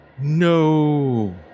No